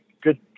good